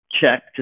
check